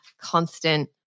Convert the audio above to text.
constant